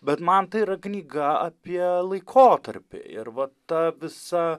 bet man tai yra knyga apie laikotarpį ir va ta visa